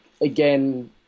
again